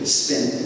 spin